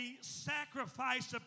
sacrifice